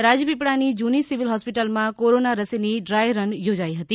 રાજપીપળાની જૂની સિવિલ હોસ્પિટલમાં કોરોના રસીની ડ્રાય રન યોજાઇ હતી